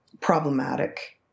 problematic